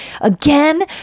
again